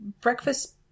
breakfast